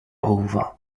over